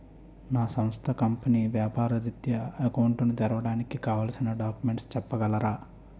నా సంస్థ కంపెనీ వ్యాపార రిత్య అకౌంట్ ను తెరవడానికి కావాల్సిన డాక్యుమెంట్స్ చెప్పగలరా?